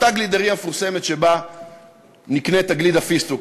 אותה גלידרייה מפורסמת שבה נקנית גלידת הפיסטוק,